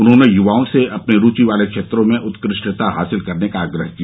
उन्होंने युवाओं से अपनी रूचि वाले क्षेत्रों में उत्कृष्टता हासिल करने का आग्रह किया